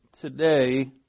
today